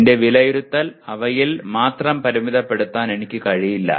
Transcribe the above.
എന്റെ വിലയിരുത്തൽ അവയിൽ മാത്രം പരിമിതപ്പെടുത്താൻ എനിക്ക് കഴിയില്ല